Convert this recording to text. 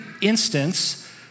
instance